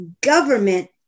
government